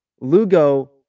Lugo